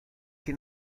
que